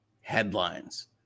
headlines